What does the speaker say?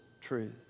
truth